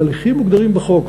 בהליכים מוגדרים בחוק,